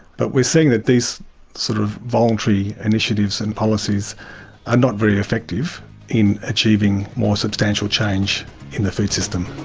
but we're seeing that these sort of voluntary initiatives and policies are not very effective in achieving more substantial change in the food system.